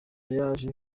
yaje